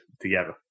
together